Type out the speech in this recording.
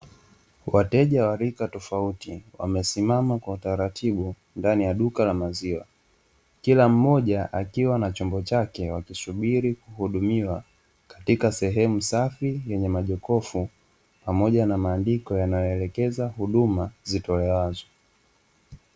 Wateja wa rika tofauti wamesimama kwa utaratibu ndani ya duka la maziwa, kila mmoja akiwa na chombo chake wakisubiri kuhudumiwa katika sehemu safi, yenye majokofu, pamoja na maandiko yanayoelekeza huduma zitolewazo.